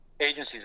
agencies